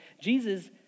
Jesus